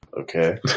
Okay